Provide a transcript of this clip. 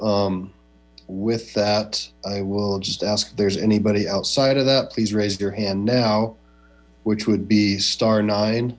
with that i will just ask if there's anybody outside that please raise your hand now which would be star nine